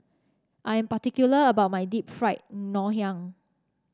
I am particular about my Deep Fried Ngoh Hiang